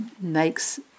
makes